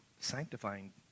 sanctifying